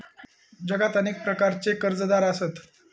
जगात अनेक प्रकारचे कर्जदार आसत